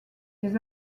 des